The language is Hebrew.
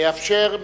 אאפשר,